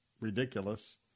ridiculous